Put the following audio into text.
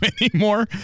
anymore